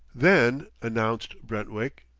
then, announced brentwick,